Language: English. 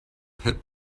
pit